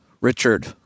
Richard